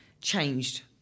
changed